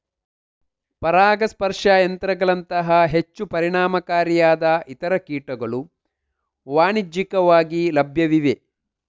ಪರಾಗಸ್ಪರ್ಶ ಯಂತ್ರಗಳಂತಹ ಹೆಚ್ಚು ಪರಿಣಾಮಕಾರಿಯಾದ ಇತರ ಕೀಟಗಳು ವಾಣಿಜ್ಯಿಕವಾಗಿ ಲಭ್ಯವಿವೆ